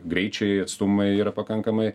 greičiai atstumai yra pakankamai